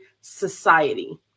society